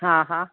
हा हा